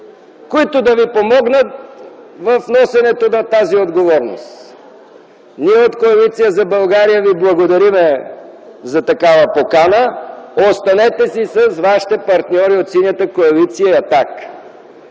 които да ви помогнат в носенето на тази отговорност. Ние от Коалиция за България ви благодарим за тази покана. Останете си с вашите партньори от Синята коалиция и